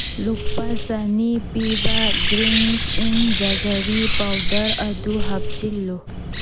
ꯂꯨꯄꯥ ꯆꯅꯤ ꯄꯤꯕ ꯒ꯭ꯔꯤꯟꯖ ꯏꯟ ꯖꯒꯔꯤ ꯄꯥꯎꯗ꯭ꯔ ꯑꯗꯨ ꯍꯥꯞꯆꯤꯜꯂꯨ